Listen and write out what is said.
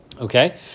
Okay